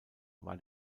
war